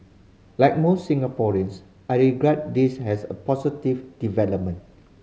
like most Singaporeans I regard this as a positive development